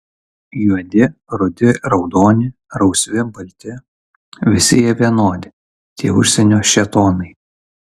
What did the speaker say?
juodi rudi raudoni rausvi balti visi jie vienodi tie užsienio šėtonai